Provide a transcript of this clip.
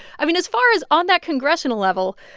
i mean, as far as on that congressional level,